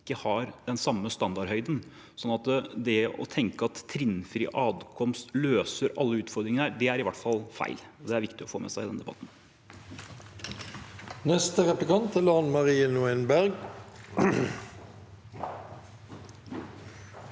Norge har den samme standardhøyden. Så det å tenke at trinnfri adkomst løser alle utfordringer, er i hvert fall feil, og det er viktig å få med seg i denne debatten.